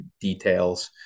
details